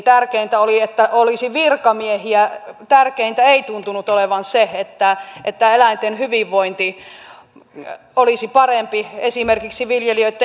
tärkeintä oli että olisi virkamiehiä tärkeintä ei tuntuvan olevan se että eläinten hyvinvointi olisi parempi esimerkiksi viljelijöitten jaksamisen kautta